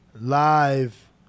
live